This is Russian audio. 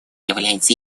является